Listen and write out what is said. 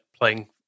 playing